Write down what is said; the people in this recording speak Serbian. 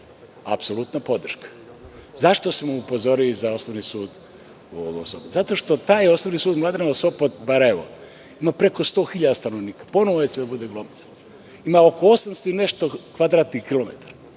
apsolutna podrška.Zašto smo upozorili za osnovni sud? Zato što taj Osnovni sud Mladenovac, Sopot, Barajevo ima preko 100.000 stanovnika. Ponovo će da bude glomazan. Ima oko 800 i nešto kvadratnih kilometara.